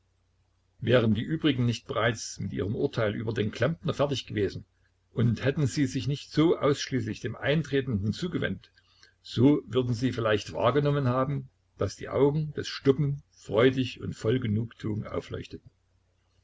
wären die übrigen nicht bereits mit ihrem urteil über den klempner fertig gewesen und hätten sie sich nicht so ausschließlich dem eintretenden zugewendet so würden sie vielleicht wahrgenommen haben daß die augen des stubben freudig und voll genugtuung aufleuchteten